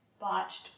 Botched